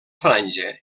franja